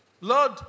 Lord